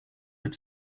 mit